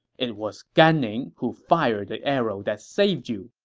it was gan ning who fired the arrow that saved you.